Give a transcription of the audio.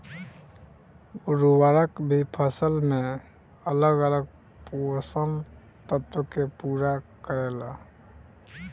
उर्वरक भी फसल में अलग अलग पोषण तत्व के पूरा करेला